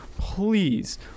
Please